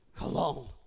alone